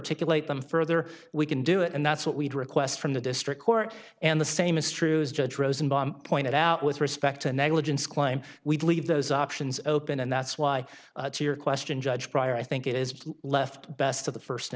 ticket wait them further we can do it and that's what we'd request from the district court and the same is true as judge rosenberg pointed out with respect to negligence climb we'd leave those options open and that's why to your question judge prior i think it is left best of the first